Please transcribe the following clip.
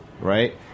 Right